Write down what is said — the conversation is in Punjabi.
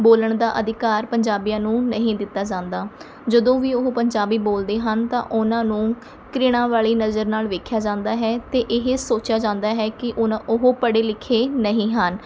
ਬੋਲਣ ਦਾ ਅਧਿਕਾਰ ਪੰਜਾਬੀਆਂ ਨੂੰ ਨਹੀਂ ਦਿੱਤਾ ਜਾਂਦਾ ਜਦੋਂ ਵੀ ਉਹ ਪੰਜਾਬੀ ਬੋਲਦੇ ਹਨ ਤਾਂ ਉਹਨਾਂ ਨੂੰ ਘ੍ਰਿਣਾ ਵਾਲੀ ਨਜ਼ਰ ਨਾਲ਼ ਵੇਖਿਆ ਜਾਂਦਾ ਹੈ ਅਤੇ ਇਹ ਸੋਚਿਆ ਜਾਂਦਾ ਹੈ ਕਿ ਉਨ੍ਹਾ ਉਹ ਪੜ੍ਹੇ ਲਿਖੇ ਨਹੀਂ ਹਨ